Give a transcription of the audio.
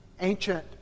ancient